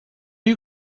you